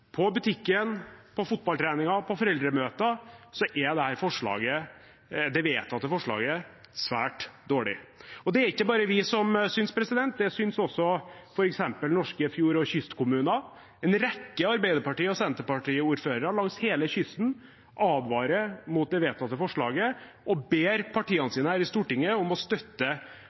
på butikken, på fotballtreningen, på foreldremøter – så er det vedtatte forslaget svært dårlig. Og det er det ikke bare vi som synes. Det synes også f.eks. norske fjord- og kystkommuner. En rekke Arbeiderparti- og Senterparti-ordførere langs hele kysten advarer mot det vedtatte forslaget og ber partiene sine her i Stortinget om å støtte